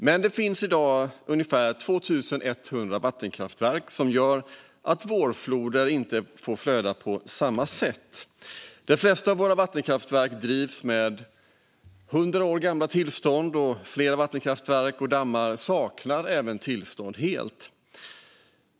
Men det finns i dag ungefär 2 100 vattenkraftverk som gör att vårfloder inte får flöda på samma sätt. De flesta av våra vattenkraftverk drivs med hundra år gamla tillstånd, och flera vattenkraftverk och dammar saknar tillstånd helt.